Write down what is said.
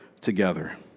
together